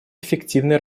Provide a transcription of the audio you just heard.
эффективной